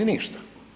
Ništa.